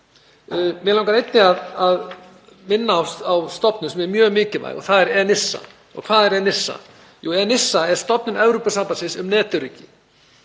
Mig langar einnig að minnast á stofnun sem er mjög mikilvæg og það er ENISA. Hvað er ENISA? Það er stofnun Evrópusambandsins um netöryggi,